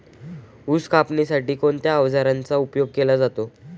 ऊस कापण्यासाठी कोणत्या अवजारांचा उपयोग केला जातो?